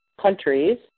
countries